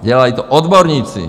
Dělali to odborníci.